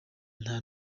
nta